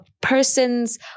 person's